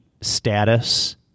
status